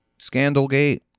Scandalgate